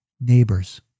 Neighbors